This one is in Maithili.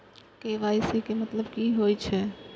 के.वाई.सी के मतलब कि होई छै?